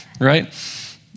right